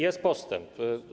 Jest postęp.